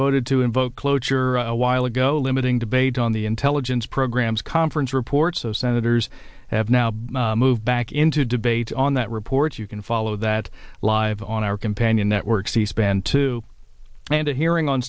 voted to invoke cloture a while ago limiting debate on the intelligence programs conference report so senators have now been moved back into debate on that report you can follow that live on our companion network c span two and a hearing on